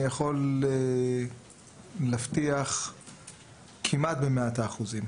אני יכול להבטיח כמעט במאת האחוזים,